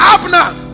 Abner